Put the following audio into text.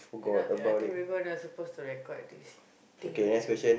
you're not ya I think we're gonna supposed to record this think again